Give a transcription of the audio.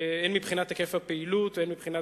הן מבחינת היקף הפעילות והן מבחינת